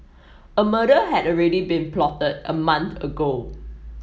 a murder had already been plotted a month ago